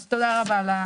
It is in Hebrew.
תודה רבה על הדיון.